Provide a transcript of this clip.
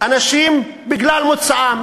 אנשים בגלל מוצאם.